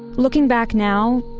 looking back now,